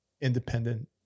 independent